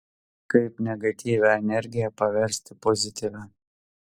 kaip negatyvią energiją paversti pozityvia